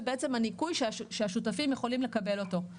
זה בעצם הניכוי שהשותפים יכולים לקבל אותו.